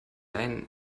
ein